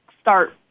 start